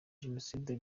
jenoside